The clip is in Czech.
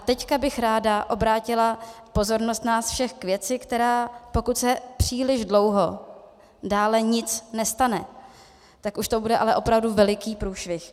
Teď bych ráda obrátila pozornost nás všech k věci, která, pokud se příliš dlouho dále nic nestane, tak už to bude ale opravdu veliký průšvih.